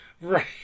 Right